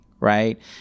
right